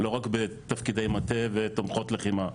לא רק בתפקידי מטה ותומכות לחימה,